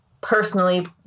personally